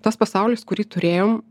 tas pasaulis kurį turėjom